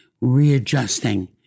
readjusting